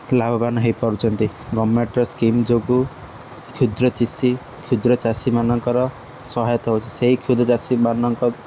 ଲାଭବାନ ହେଇପାରୁଛନ୍ତି ଗଭର୍ଣ୍ଣମେଣ୍ଟର ସ୍କିମ୍ ଯୋଗୁଁ କ୍ଷୁଦ୍ର ଚାଷୀ କ୍ଷୁଦ୍ର ଚାଷୀମାନଙ୍କର ସହାୟତା ହେଉଛି ସେହି କ୍ଷୁଦ୍ର ଚାଷୀମାନଙ୍କ